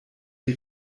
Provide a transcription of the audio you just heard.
die